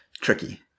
Tricky